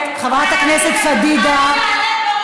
חייבת להיות שותפה בכל ועדה.